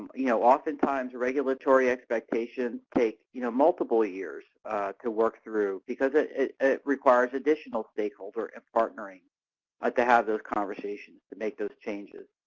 you know, oftentimes regulatory expectations take, you know, multiple years to work through because it requires additional stakeholder and partnering ah to have those conversations to make those changes.